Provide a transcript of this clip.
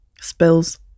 Spills